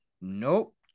Nope